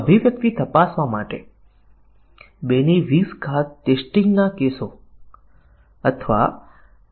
કારણ કે વિચાર એ છે કે જો તમે મજબૂત પરીક્ષણ કરી રહ્યા છો તો તમારે નબળા પરીક્ષણો કરવાની જરૂર નથી